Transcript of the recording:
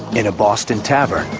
in a boston tavern,